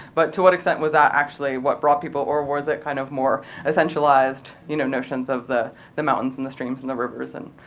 but to what extent was that actually what brought people, or was it kind of more essentialized you know notions of the the mountains, and the streams, and the rivers? and